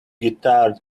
guitar